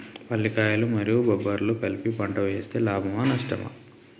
పల్లికాయలు మరియు బబ్బర్లు కలిపి పంట వేస్తే లాభమా? నష్టమా?